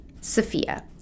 Sophia